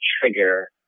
trigger